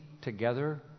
together